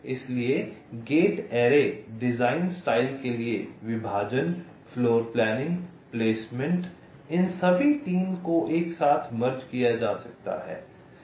इसलिए gate array design style के लिए विभाजन फ़्लोरप्लानिंग प्लेसमेंट इन सभी 3 को एक साथ मर्ज किया जा सकता है